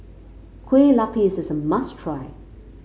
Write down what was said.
Kue Lupis is a must try